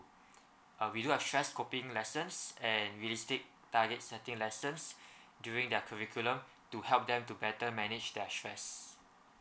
uh we do have stress coping lessons and realistic target setting lessons during their curriculum to help them to better manage their stress